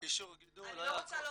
אישור גידול, היה הכל.